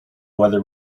whether